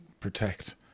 protect